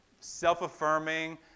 self-affirming